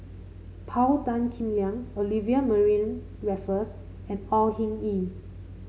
Paul Tan Kim Liang Olivia Mariamne Raffles and Au Hing Yee